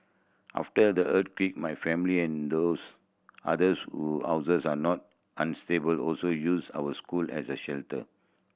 after the earthquake my family and those others who houses are not unstable also used our school as a shelter